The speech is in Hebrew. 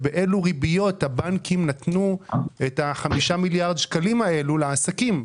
באילו ריביות הבנקים נתנו את ה-5 מיליארד שקלים האלה לעסקים?